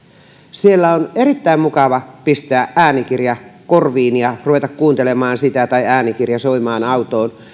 siellä on erittäin mukava pistää äänikirja korviin ja ruveta kuuntelemaan sitä tai äänikirja soimaan autoon